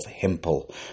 Hempel